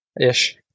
ish